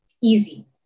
easy